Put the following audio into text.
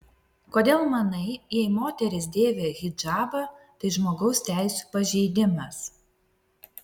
kodėl manai jei moteris dėvi hidžabą tai žmogaus teisių pažeidimas